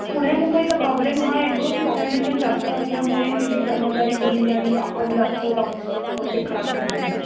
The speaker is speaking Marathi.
पुण्या मुंबईचा प्रॉब्लेम हा येतो की पॉप्युलेशन जास्त असल्यामुळे तिथे कर्मचारी कमी आणि आपण जास्त जाऊ बहुतेक खराब करतो ते